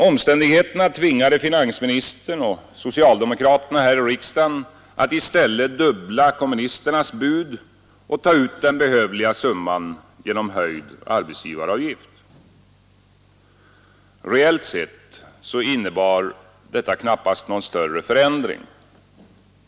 Omständigheterna tvingade finansministern och socialdemokraterna här i riksdagen att i stället dubbla kommunisternas förslag och ta ut den behövliga summan genom höjd arbetsgivaravgift. Reellt sett innebar detta knappast någon större förändring.